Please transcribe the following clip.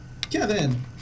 Kevin